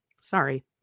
Sorry